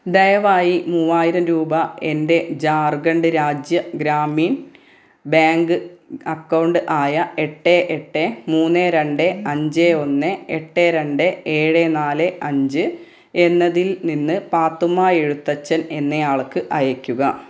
ദയവായി മൂവായിരം രൂപ എന്റെ ജാർഖണ്ഡ് രാജ്യ ഗ്രാമീൺ ബാങ്ക് അക്കൗണ്ട് ആയ എട്ട് എട്ട് മൂന്ന് രണ്ട് അഞ്ച് ഒന്ന് എട്ട് രണ്ട് ഏഴ് നാല് അഞ്ച് എന്നതിൽ നിന്ന് പാത്തുമ്മ എഴുത്തച്ഛൻ എന്നയാൾക്ക് അയക്കുക